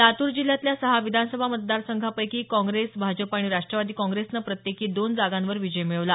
लातूर जिल्ह्यातल्या सहा विधानसभा मतदार संघापैकी काँग्रेस भाजप आणि राष्ट्रवादी काँग्रेसनं प्रत्येकी दोन जागांवर विजय मिळवला